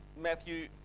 Matthew